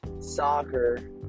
soccer